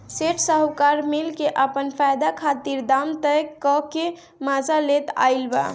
सेठ साहूकार मिल के आपन फायदा खातिर दाम तय क के मजा लेत आइल बा